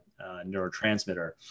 neurotransmitter